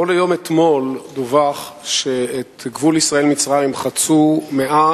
אור ליום אתמול דווח שאת גבול ישראל מצרים חצו 130